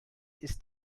ist